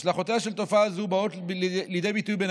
השלכותיה של תופעה זו באות לידי ביטוי בין